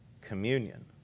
communion